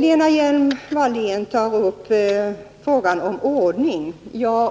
Lena Hjelm-Wallén tar upp frågan om ordning.